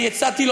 אני הצעתי לו,